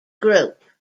group